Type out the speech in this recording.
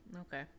Okay